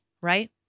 Right